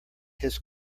his